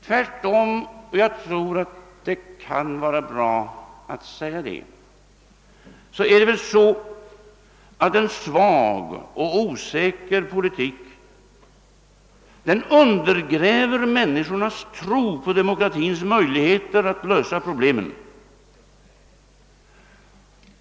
Tvärtom är det väl så — jag tror att det kan vara bra att säga det att en svag och osäker politik undergräver människornas tro på demokratins möjligheter att lösa problemen.